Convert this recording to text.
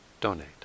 donate